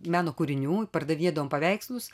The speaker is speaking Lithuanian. meno kūrinių pardavinėdavom paveikslus